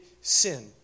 sin